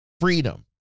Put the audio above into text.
freedom